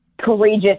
courageous